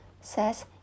says